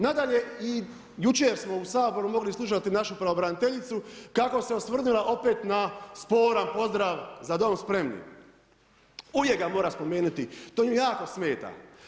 Nadalje, jučer smo u Saboru mogli slušati našu pravobraniteljicu kako se osvrnula opet na sporan pozdrav „Za dom spremni“, uvijek ga mora spomenuti, to nju jako smeta.